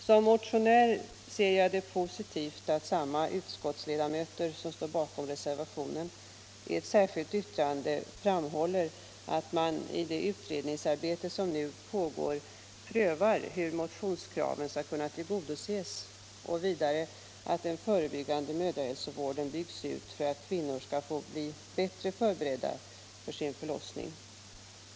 Som motionär ser jag det som positivt att samma utskottsledamöter som står bakom reservationen i ett särskilt yttrande framhåller att man i det utredningsarbete som nu pågår bör pröva hur motionskraven skall kunna tillgodoses och att den förebyggande mödrahälsovården bör byggas ut för att kvinnor skall kunna bli bättre förberedda för sin förlossning.